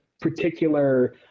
particular